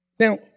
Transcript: Now